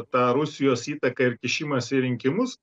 tą rusijos įtaką ir kišimąsi į rinkimus